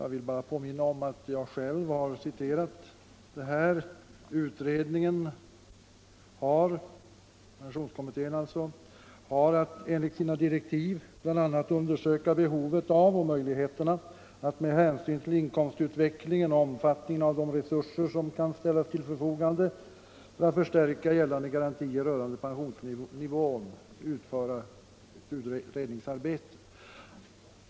Jag vill bara påminna om att jag själv har citerat orden om att pensionskommittén har att enligt sina direktiv bl.a. undersöka behovet av och möjligheterna att med hänsyn till inkomstutvecklingen och omfattningen av de resurser som kan ställas till förfogande förstärka gällande garantier rörande pensionsnivån.